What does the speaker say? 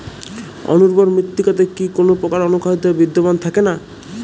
অনুর্বর মৃত্তিকাতে কি কোনো প্রকার অনুখাদ্য বিদ্যমান থাকে না?